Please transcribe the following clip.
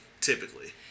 typically